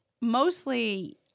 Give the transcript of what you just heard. mostly